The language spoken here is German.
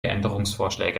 änderungsvorschläge